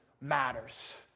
matters